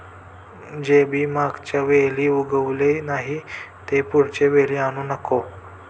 जे बी मागच्या वेळी उगवले नाही, ते पुढच्या वेळी आणू नको